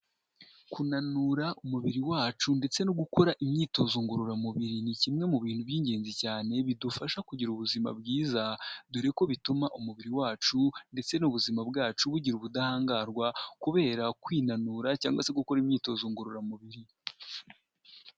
Kunanura umubiri wacu ndetse no gukora imyitozo ngororamubiri ni kimwe mu bintu by'ingenzi cyane bidufasha kugira ubuzima bwiza dore ko bituma umubiri wacu ndetse n'ubuzima bwacu bugira ubudahangarwa kubera kwinanura cyangwa se gukora imyitozo ngororamubiri.